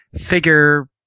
figure